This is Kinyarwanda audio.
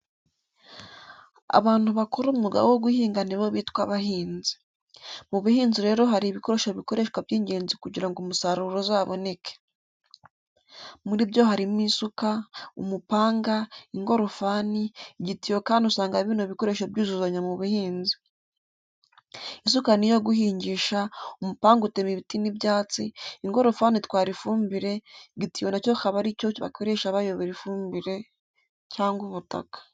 Abantu bakora umwuga wo guhinga nibo bitwa abahinzi. Mu buhinzi rero hari ibikoresho bikoreshwa by'ingenzi kugira ngo umusaruro uzaboneke. Muri byo harimo isuka, umupanga, ingorofani, igitiyo kandi usanga bino bikoresho byuzuzanya mu buhinzi. Isuka niyo guhingisha, umupanga utema ibiti n'ibyatsi, ingorofani itwara ifumbire, igitiyo na cyo akaba ari cyo bakoresha bayora ifumbire cyangwa ubutaka.